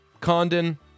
Condon